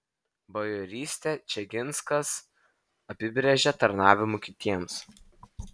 bajorystę čeginskas apibrėžė tarnavimu kitiems